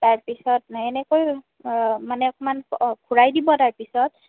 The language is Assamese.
তাৰ পিছত এনেকৈ মানে অকণমান ঘূৰাই দিব তাৰ পিছত